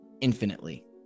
infinitely